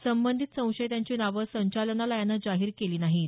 संबंधित संशयितांची नांवं संचालनालयानं जाहीर केली नाहीत